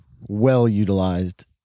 well-utilized